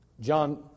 John